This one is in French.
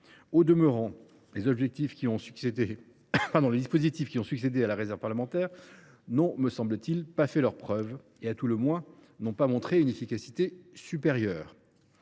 Au demeurant, les dispositifs qui ont succédé à la réserve n’ont, me semble t il, pas fait leurs preuves ni, à tout le moins, montré une efficacité supérieure.